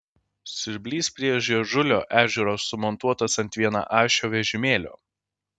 siurblys prie žiežulio ežero sumontuotas ant vienaašio vežimėlio